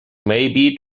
maybe